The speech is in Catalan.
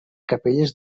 capelles